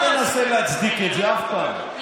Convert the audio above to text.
אל תנסה להצדיק את זה אף פעם.